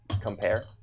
compare